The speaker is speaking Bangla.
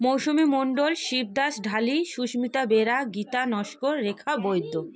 মৌসুমি মণ্ডল শিবদাস ঢালি সুস্মিতা বেরা গীতা নস্কর রেখা বৈদ্য